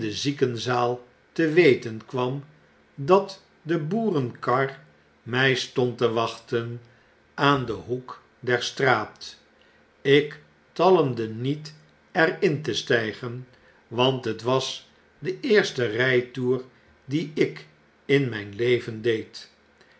de ziekenzaal te weten kwam dat de boerenkar my stond te wachten aan den hoek der straat ik talmde niet er in te stygen want het was de eerste rytoer dien ik in mijn leven deed